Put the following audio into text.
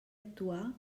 actuà